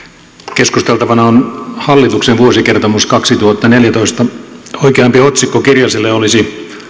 keskusteltavana on hallituksen vuosikertomus kaksituhattaneljätoista oikeampi otsikko kirjaselle olisi